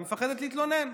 היא מפחדת להתלונן.